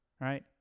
right